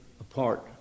apart